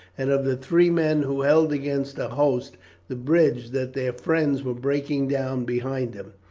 and of the three men who held against a host the bridge that their friends were breaking down behind them.